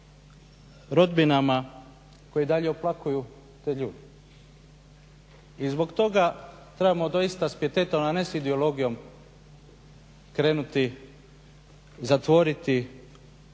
rodbinama koje i dalje oplakuju te ljude. I zbog toga trebamo doista s pijetetom a ne s ideologijom krenuti zatvoriti